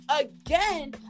again